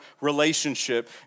relationship